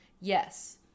yes